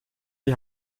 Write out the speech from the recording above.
die